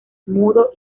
mudo